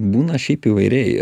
būna šiaip įvairiai